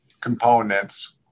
components